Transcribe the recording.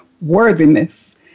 worthiness